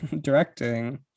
directing